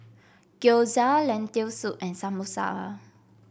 Gyoza Lentil Soup and Samosa